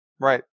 Right